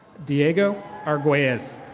diego arguez.